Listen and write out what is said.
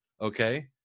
Okay